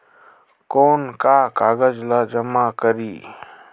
कौन का कागज ला जमा करी?